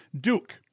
Duke